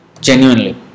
genuinely